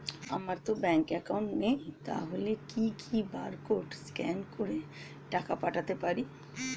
আমারতো bank account নেই তাহলে কি কি বারকোড স্ক্যান করে টাকা পাঠাতে পারি?